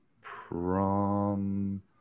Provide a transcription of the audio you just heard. prom